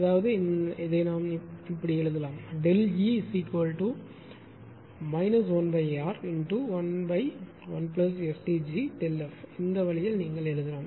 அதாவது இதை நாம் இப்படி எழுதலாம் E 1R11STgΔF இந்த வழியில் நீங்கள் எழுதலாம்